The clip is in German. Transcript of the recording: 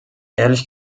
ehrlich